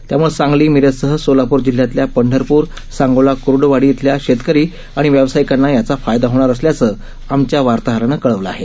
त्याम्ळे सांगली मिरजसह सोलापूर जिल्ह्यातल्या पंढरपूर सांगोला क्र्डूवाडी इथल्या शेतकरी आणि व्यावसायिकांना याचा फायदा होणार असल्याचं आमच्या वार्ताहरानं कळवलं आहे